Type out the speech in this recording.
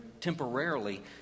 temporarily